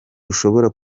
ushobora